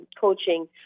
coaching